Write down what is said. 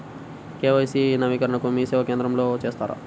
KYC నవీకరణని మీసేవా కేంద్రం లో చేస్తారా?